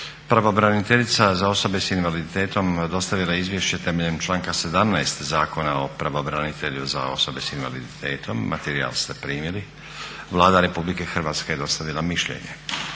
Pravobraniteljica za osobe sa invaliditetom dostavila je izvješće temeljem članka 17. Zakona o pravobranitelju za osobe sa invaliditetom. Materijal ste primili. Vlada Republike Hrvatske je dostavila mišljenje.